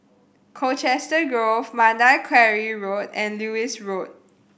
Colchester Grove Mandai Quarry Road and Lewis Road